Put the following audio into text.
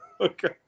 Okay